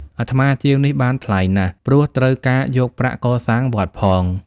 អាត្មាជាវនេះបានថ្លៃណាស់ ព្រោះត្រូវការយកប្រាក់កសាងវត្តផង។